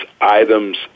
items